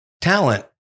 talent